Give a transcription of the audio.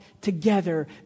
together